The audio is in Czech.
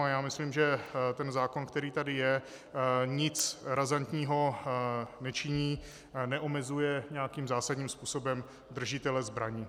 A já myslím, že zákon, který tady je, nic razantního nečiní, neomezuje nějakým zásadním způsobem držitele zbraní.